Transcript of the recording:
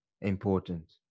important